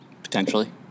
potentially